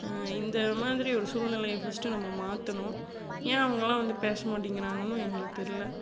இந்த மாதிரி ஒரு சூழ்நிலையை ஃபஸ்ட்டு நம்ம மாற்றணும் ஏன் அவங்கெல்லாம் வந்து பேச மாட்டேங்கிறாங்கன்னும் எங்களுக்கு தெரில